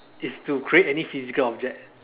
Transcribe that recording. is to create any physical object